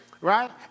Right